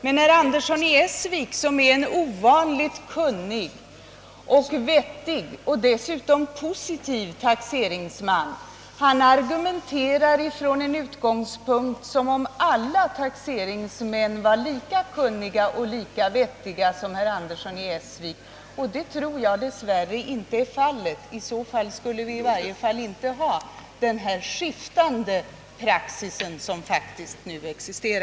Herr Andersson i Essvik är en ovanligt kunnig, vettig och positiv taxeringsman, och han argumenterar som om alla taxeringsmän var lika kunniga och vettiga som han själv, vilket jag dess värre tror inte är fallet. Om så vore skulle vi inte ha den skiftande praxis som nu förekommer.